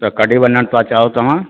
त कॾहिं वञणु था चाहियो तव्हां